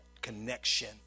connection